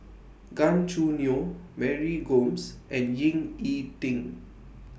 Gan Choo Neo Mary Gomes and Ying E Ding